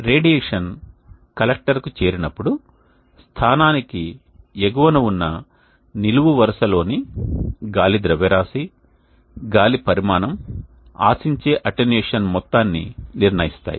radiation కలెక్టర్కు చేరినప్పుడు స్థానానికి ఎగువన ఉన్న నిలువు వరుసలోని గాలి ద్రవ్యరాశి గాలి పరిమాణం ఆశించే అటెన్యూయేషన్ మొత్తాన్ని నిర్ణయిస్తాయి